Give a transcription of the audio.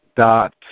dot